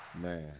Man